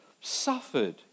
suffered